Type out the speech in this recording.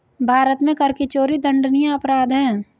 भारत में कर की चोरी दंडनीय अपराध है